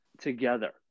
together